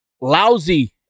lousy